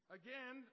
again